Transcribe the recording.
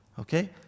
okay